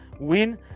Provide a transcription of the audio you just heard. win